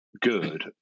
good